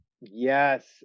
Yes